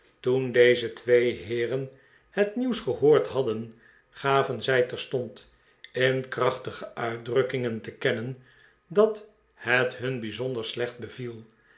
toen deze twee heeren het nieuws gehoord hadden gaven zij terstond in krachtige uitdrukkingen te kennen dat het hun bij zonder slecht beviel